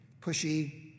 pushy